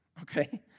okay